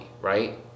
right